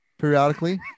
periodically